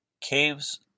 Caves